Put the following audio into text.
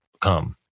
come